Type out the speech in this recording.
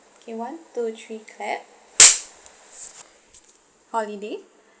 K one two three clap holiday